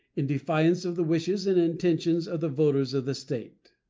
in defiance of the wishes and intention of the voters of the state.